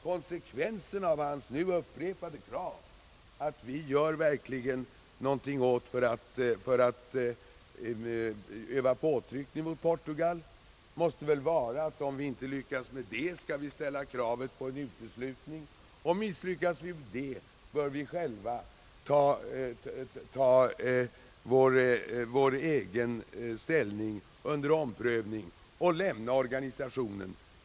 Konsekvenserna av hans nu upprepade krav att vi verkligen skall göra något för att utöva påtryckning mot Portugal måste väl bli, att om vi inte lyckas med den saken, så skall vi ställa krav på en uteslutning. Misslyckas vi därmed, bör vi ta vår egen ställning under omprövning och lämna organisationen.